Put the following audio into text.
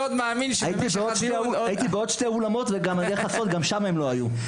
הייתי בשני אולמות נוספים וגם שם הם לא היו,